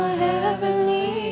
heavenly